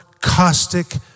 caustic